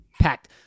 Packed